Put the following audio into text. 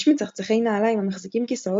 יש מצחצחי נעליים המחזיקים כיסאות